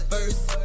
First